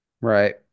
Right